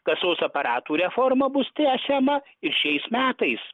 kasos aparatų reforma bus tęsiama ir šiais metais